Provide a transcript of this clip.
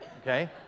okay